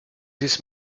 this